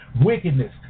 wickedness